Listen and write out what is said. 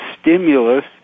stimulus